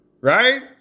right